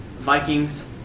Vikings